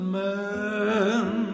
man